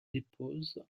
dépose